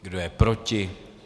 Kdo je proti?